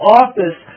office